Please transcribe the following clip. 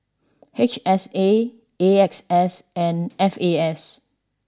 H S A A X S and F A S